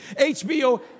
HBO